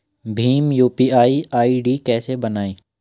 Bhim UPI ID कैसे बनाएं?